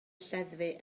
lleddfu